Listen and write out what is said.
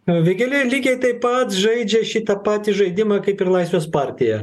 vėgėlė lygiai taip pat žaidžia šitą patį žaidimą kaip ir laisvės partija